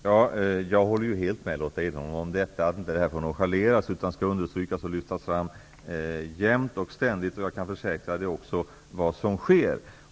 Herr talman! Jag håller helt med Lotta Edholm om att detta inte får nonchaleras utan skall understrykas och lyftas fram jämt och ständigt. Jag kan också försäkra att det är vad som sker.